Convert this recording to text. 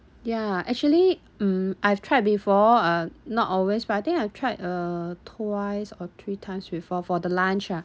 ya actually mm I've tried before uh not always but I think I've tried uh twice or three times before for the lunch ah